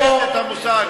תעברת את המושג.